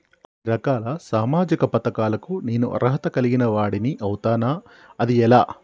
కొన్ని రకాల సామాజిక పథకాలకు నేను అర్హత కలిగిన వాడిని అవుతానా? అది ఎలా?